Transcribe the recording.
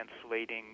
translating